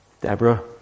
Deborah